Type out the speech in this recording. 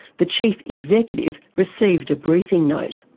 the chief executive received a briefing note.